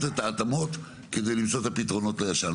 את ההתאמות כדי למצוא את הפתרונות לישן,